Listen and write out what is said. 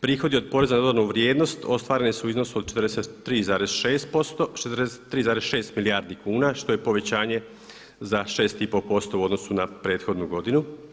Prihodi od poreza na dodanu vrijednost ostvareni su u iznosu od 43,6 milijardi kuna što je povećanje za 6,5% u odnosu na prethodnu godinu.